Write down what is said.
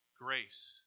grace